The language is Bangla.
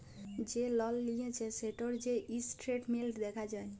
যে লল লিঁয়েছে সেটর যে ইসট্যাটমেল্ট দ্যাখা যায়